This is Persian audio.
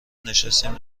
نشستیم